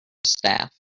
staff